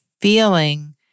feeling